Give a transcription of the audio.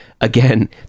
again